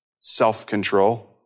self-control